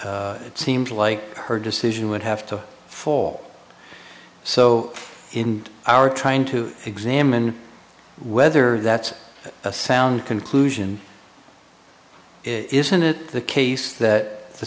it seems like her decision would have to fall so in our trying to examine whether that's a sound conclusion isn't it the case that the